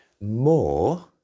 more